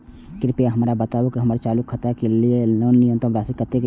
कृपया हमरा बताबू कि हमर चालू खाता के लेल न्यूनतम शेष राशि कतेक या